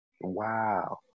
Wow